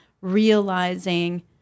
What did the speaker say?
realizing